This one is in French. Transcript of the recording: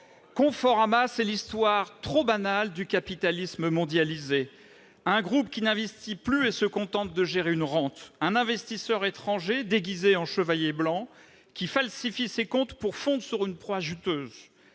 Conforama, c'est l'histoire trop banale du capitalisme mondialisé : un groupe qui n'investit plus et se contente de gérer une rente ; un investisseur étranger, déguisé en chevalier blanc, qui falsifie ses comptes pour fondre sur une proie juteuse